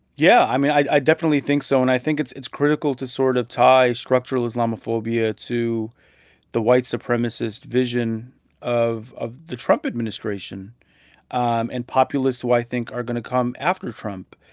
yeah. i mean, i i definitely think so. and i think it's it's critical to sort of tie structural islamophobia to the white supremacist vision of of the trump administration um and populists who i think are going to come after trump.